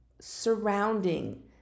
surrounding